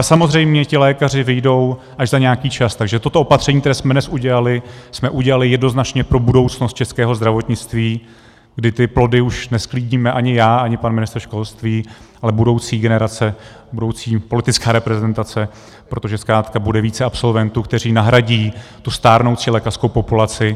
Samozřejmě ti lékaři vyjdou až za nějaký čas, takže toto opatření, které jsme dnes udělali, udělali jsme jednoznačně pro budoucnost českého zdravotnictví, kdy ty plody už nesklidíme ani já, ani pan ministr školství, ale budoucí generace, budoucí politická reprezentace, protože zkrátka bude více absolventů, kteří nahradí tu stárnoucí lékařskou populaci.